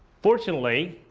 fortunately,